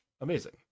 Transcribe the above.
amazing